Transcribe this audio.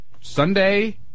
Sunday